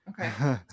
Okay